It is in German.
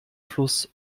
fluss